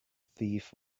thief